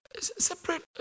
Separate